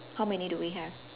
how many do we have